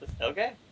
Okay